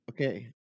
Okay